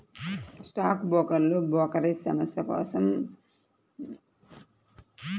stock బ్రోకర్లు brokerage సంస్థ కోసం పని చేత్తూ కస్టమర్ల కోసం లావాదేవీలను నిర్వహిత్తారు